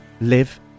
live